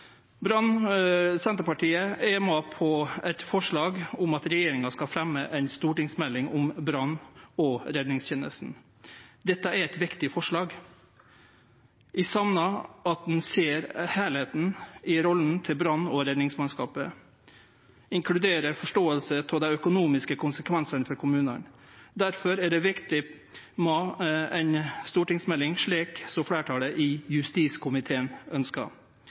brann- og redningstenesta. Dette er eit viktig forslag. Eg saknar at ein ser heilskapen i rolla til brann- og redningsmannskapet, inkludert forståinga for dei økonomiske konsekvensane for kommunane. Difor er det viktig med ei stortingsmelding, slik som fleirtalet i justiskomiteen